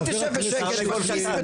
אתה תשב בשקט, מטומטם.